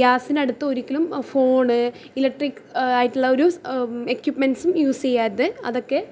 ഗ്യാസിന് അടുത്ത് ഒരിക്കലും ഫോണ് ഇലക്ട്രിക്ക് ആയിട്ടുള്ള ഒരു എക്യുപ്മെൻസും യൂസ് ചെയ്യാതെ അതൊക്കെ